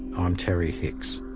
um terry hicks.